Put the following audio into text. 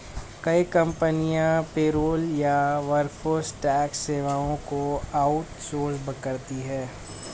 कई कंपनियां पेरोल या वर्कफोर्स टैक्स सेवाओं को आउट सोर्स करती है